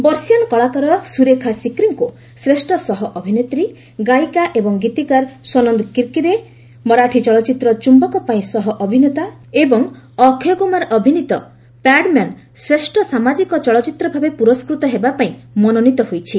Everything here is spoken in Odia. ବର୍ଷିୟାନ କଳାକାର ସୁରେଖା ସିକ୍ରିଙ୍କୁ ଶ୍ରେଷ୍ଠ ସହଅଭିନେତ୍ରୀ ଗାୟିକା ଏବଂ ଗୀତିକାର ସ୍ୱନନ୍ଦ କିର୍କିରେ ମରାଠି ଚଳଚ୍ଚିତ୍ର 'ଚ୍ୟୁକ' ପାଇଁ ସହଅଭିନେତା ଏବଂ ଅକ୍ଷୟ କୁମାର ଅଭିନୀତ 'ପ୍ୟାଡ୍ମ୍ୟାନ୍' ଶ୍ରେଷ ସାମାଜିକ ଚଳଚ୍ଚିତ୍ର ଭାବେ ପୁରସ୍କୃତ ହେବା ପାଇଁ ମନୋନୀତ ହୋଇଛି